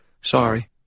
sorry